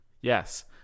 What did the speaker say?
Yes